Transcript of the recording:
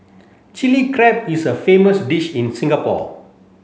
Chilli Crab is a famous dish in Singapore